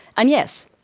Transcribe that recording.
and yes,